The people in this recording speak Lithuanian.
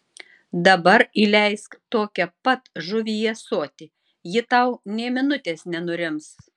dabar įleisk tokią pat žuvį į ąsotį ji tau nė minutės nenurims